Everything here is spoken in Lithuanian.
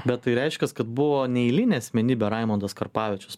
bet tai reiškias kad buvo neeilinė asmenybė raimundas karpavičius